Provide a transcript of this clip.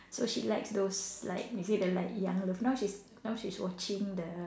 so she likes those like is it the like young love now she's now she's watching the